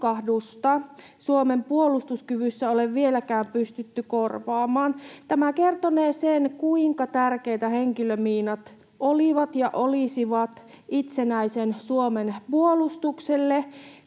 Suomen puolustuskyvyssä ole vieläkään pystytty korvaamaan. Tämä kertonee sen, kuinka tärkeitä henkilömiinat olivat ja olisivat itsenäisen Suomen puolustukselle.